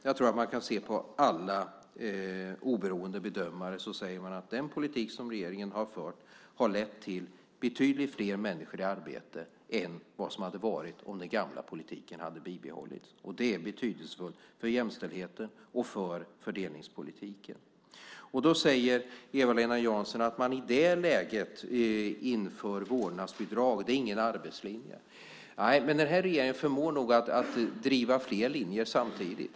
Jag tror att alla oberoende bedömare säger att den politik som regeringen har fört har lett till att det är betydligt fler människor i arbete än vad det hade varit om den gamla politiken hade bibehållits. Det är betydelsefullt för jämställdheten och för fördelningspolitiken. Då säger Eva-Lena Jansson: Att man i det läget inför vårdnadsbidrag är ingen arbetslinje. Nej, men den här regeringen förmår nog att driva flera linjer samtidigt.